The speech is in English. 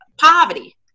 poverty